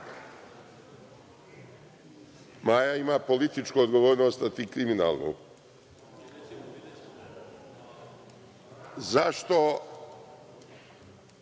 ima političku odgovornost, a ti kriminalnu.Zašto